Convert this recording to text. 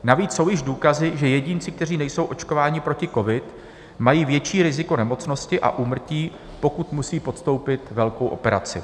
Navíc jsou již i důkazy, že jedinci, kteří nejsou očkováni proti covidu, mají větší riziko nemocnosti a úmrtí, pokud musí podstoupit velkou operaci.